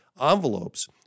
envelopes